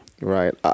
Right